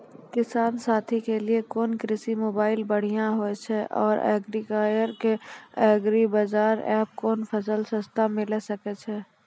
किसान साथी के लिए कोन कृषि मोबाइल बढ़िया होय छै आर एग्रीकल्चर के एग्रीबाजार एप कोन फसल सस्ता मिलैल सकै छै?